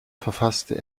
verfasste